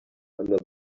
under